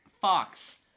Fox